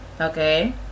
Okay